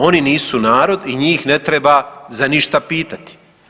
Oni nisu narod i njih ne treba za ništa pitati.